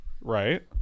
right